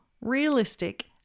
realistic